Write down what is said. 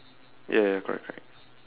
ya ya ya correct correct